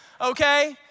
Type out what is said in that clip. okay